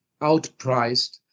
outpriced